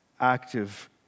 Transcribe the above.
active